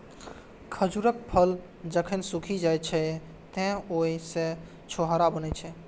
खजूरक फल जखन सूखि जाइ छै, तं ओइ सं छोहाड़ा बनै छै